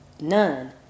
None